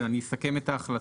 אני אסכם את ההחלטות.